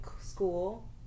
school